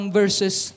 verses